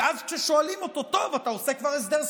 ואז כשאומרים לו: טוב, אתה כבר עושה הסדר ספציפי,